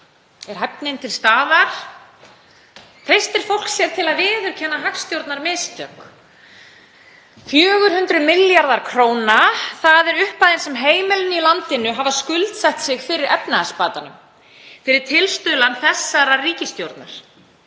Er hæfnin til staðar? Treystir fólk sér til að viðurkenna hagstjórnarmistök? 400 milljarðar kr., það eru upphæðin sem heimilin í landinu hafa skuldsett sig fyrir efnahagsbatanum fyrir tilstuðlan þessarar ríkisstjórnar